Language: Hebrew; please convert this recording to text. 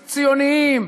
ציונים,